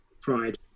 pride